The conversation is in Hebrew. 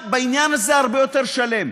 בעניין הזה אני אדם הרבה יותר שלם.